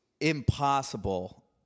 impossible